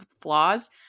flaws